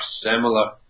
similar